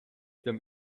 them